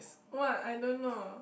why I don't know